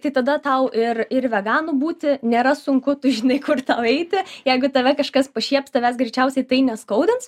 tai tada tau ir ir veganu būti nėra sunku tu žinai kur tau eiti jeigu tave kažkas pašieps tavęs greičiausiai tai neskaudins